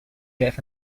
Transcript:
deaf